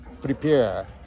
prepare